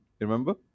Remember